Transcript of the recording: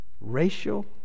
racial